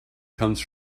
comes